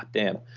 damn!